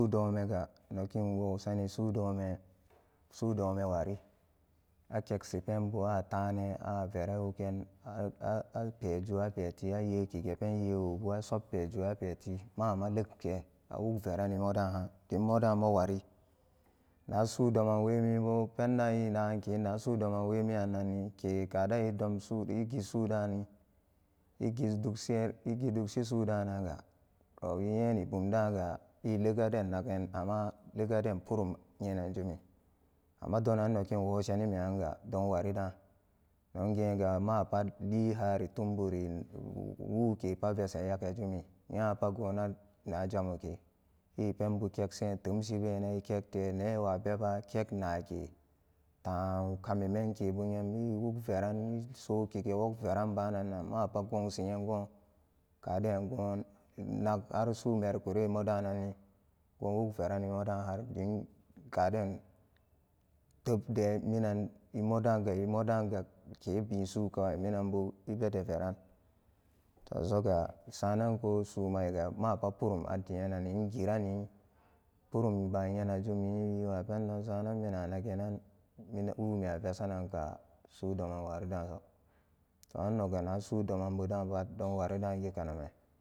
Su domenga nogi inwo seni sudomen sudomenwari akeksi penbu atanan a veren wugen a-a-apeju apeti a nyeki ge penwowobu asop peju apeti ma'ama lekken dimmodan mowari na su domen wemibo penda enaganken na sudoman wowi yannarini ke kaden edomsu egisuda nanni egidugse-egidugsi sudananga towi nyeni bumdanga elegadennugan amma legaden purum a-nyenan jumi amma donan nogi inwosheni menyanga don waridan dongega mapat lihari tumburi wu-wukepu vesan nyagani nyapa gonanan jamoke epebukeksen temshi bena ekekte neewu beba kek naake taakami mmenkebu nyem miwuk veran mi sokige wogueranbanan mapa gogsi nyemgon kaden goa nagharsu merikure madananni gon wag verani modan har dim kaden tepde minan emodaga emodaga kebi sukawai minanbu ebede veran tozoga sanan ko sumaiga mapa purum atti nyenani ingiranni purum ba nyenan jumwi wi inwa pendon sanan minan anagenan mi-wume avesananka sudoman wari doso to annog ga na su doman budapat don warida gi kanuman.